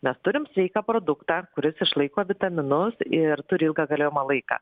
mes turim sveiką produktą kuris išlaiko vitaminus ir turi ilgą galiojimo laiką